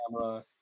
camera